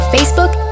Facebook